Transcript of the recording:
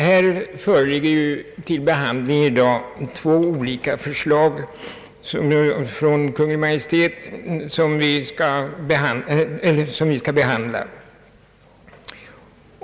Här föreligger till behandling i dag två olika förslag från Kungl. Maj:t.